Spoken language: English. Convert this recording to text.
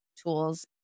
tools